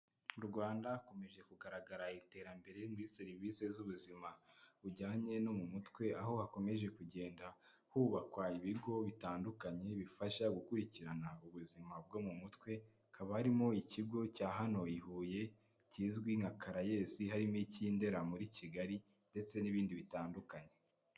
Mu Rwanda hakomeje kugaragara iterambere muri serivisi z'ubuzima bujyanye no mu mutwe, aho hakomeje kugenda hubakwa ibigo bitandukanye bifasha gukurikirana ubuzima bwo mu mutwe, hakaba harimo ikigo cya hano i Huye kizwi nka Caraes, hari n'ik'i Ndera muri Kigali ndetse n'ibindi bitandukanye.